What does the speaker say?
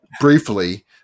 briefly